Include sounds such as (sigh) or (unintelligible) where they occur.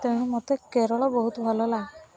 ତେଣୁ ମୋତେ କେରଳ ବହୁତ ଭଲ (unintelligible)